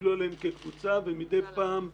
הסתכלו עליהם כקבוצה ומדי פעם,